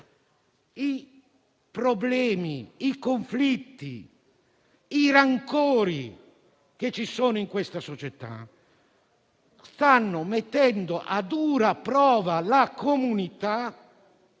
i problemi, i conflitti, i rancori che ci sono stanno mettendo a dura prova la comunità,